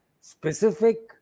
specific